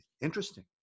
interesting